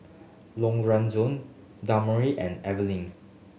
Lorenzo Demario and Evangeline